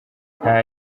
nta